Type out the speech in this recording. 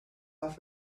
off